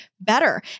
Better